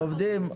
עובדים.